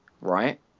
right